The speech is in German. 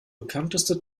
bekannteste